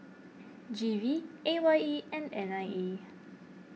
G V A Y E and N I E